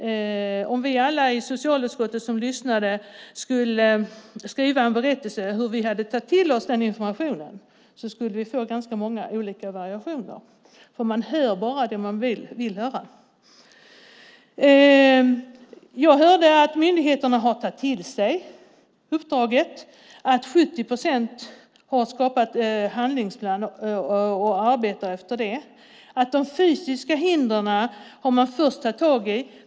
Om vi alla i socialutskottet som lyssnade skulle skriva en berättelse om hur vi hade tagit till oss informationen, skulle det bli ganska många olika versioner, för man hör bara det man vill höra. Jag hörde att myndigheterna har tagit till sig uppdraget och att 70 procent av dem har skapat handlingsplaner och arbetar efter dem. De fysiska hindren har man först tagit tag i.